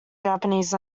japanese